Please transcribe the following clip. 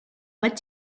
what